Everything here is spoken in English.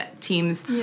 Teams